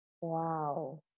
Wow